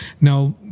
Now